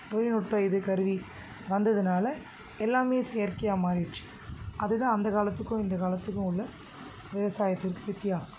தொழில்நுட்ப இது கருவி வந்ததனால எல்லாமே செயற்கையாக மாறிடுச்சு அதுதான் அந்தக் காலத்துக்கும் இந்தக் காலத்துக்கும் உள்ள விவசாயத்திற்கு வித்தியாசம்